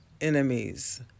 enemies